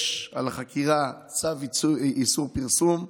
יש על החקירה צו איסור פרסום,